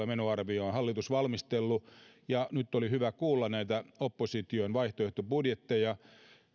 menoarviota on hallitus valmistellut ja nyt oli hyvä kuulla näitä opposition vaihtoehtobudjetteja